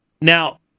now